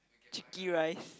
chicken rice